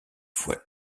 fois